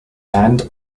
and